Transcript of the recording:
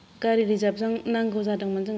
गारि रिजार्बजों नांगौ जादोंमोन जोंनो